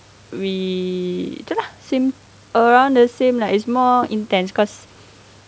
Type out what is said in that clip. we do lah same around the same lah it's more intense cause